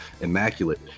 immaculate